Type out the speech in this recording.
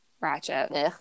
ratchet